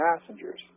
passengers